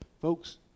Folks